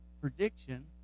prediction